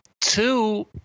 Two